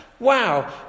Wow